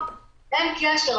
אין קשר.